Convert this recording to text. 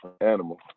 animal